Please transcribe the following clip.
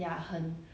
actually did you watch